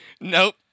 Nope